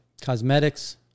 cosmetics